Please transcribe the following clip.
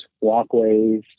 walkways